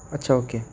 अच्छा ओके